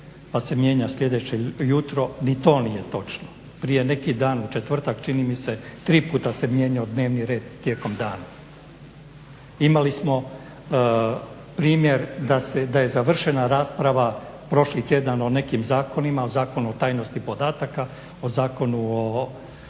pa se mijenja sljedeće jutro. Ni to nije točno. Prije neki dan, u četvrtak čini mi se, tri puta se mijenjao dnevni red tijekom dana. Imali smo primjer da je završena rasprava prošli tjedan o nekim zakonima, o Zakonu o tajnosti podataka, o Zakonu o